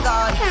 God